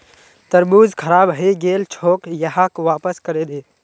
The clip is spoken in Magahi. तरबूज खराब हइ गेल छोक, यहाक वापस करे दे